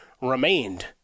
remained